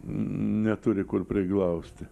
neturi kur priglausti